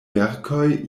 verkoj